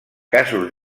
casos